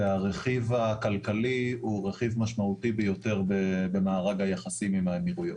והרכיב הכלכלי הוא רכיב משמעותי ביותר במארג היחסים עם האמירויות.